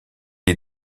est